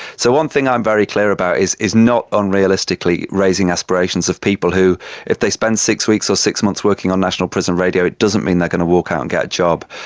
so one thing i'm very clear about is is not unrealistically raising aspirations of people who if they spend six weeks or six months working on national prison radio it doesn't mean they're going to walk out and get a job.